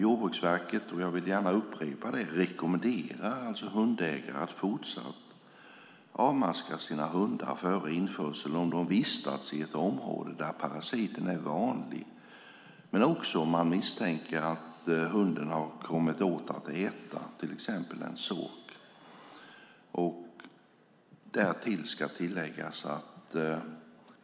Jordbruksverket rekommenderar alltså hundägare att fortsatt avmaska sina hundar före införsel om de vistats i ett område där parasiten är vanlig, men också om man misstänker att hunden har kommit åt att äta till exempel en sork.